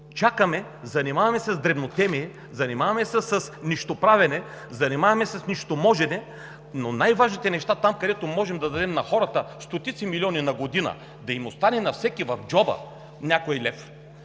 чакаме, занимаваме се с дребнотемие, занимаваме се с нищоправене, занимаваме се с нищоможене, но най-важните неща – там, където можем да дадем на хората стотици милиони на година, да им остане на всеки в джоба някой лев,